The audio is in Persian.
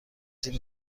این